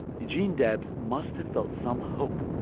eugene debs must have felt some hope.